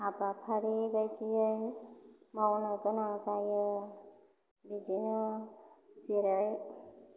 हाबाफारि बायदियै मावनो गोनां जायो बिदिनो जेरै